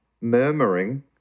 murmuring